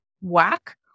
whack